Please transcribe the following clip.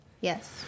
yes